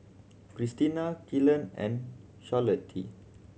Krystina Kelan and Charlottie